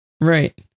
Right